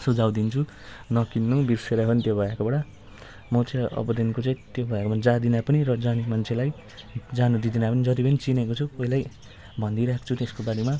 सुझाउ दिन्छु नकिन्नु बिर्सिएर पनि त्यो भैयाकोबाट म चाहिँ अबदेखिको चाहिँ त्यो भैयाकोमा जाँदिनँ पनि र जाने मान्छेलाई जानु दिँदिनँ पनि जति पनि चिनेको छु पहिल्यै भनिदिई राख्छु त्यसको बारेमा